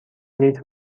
لیتر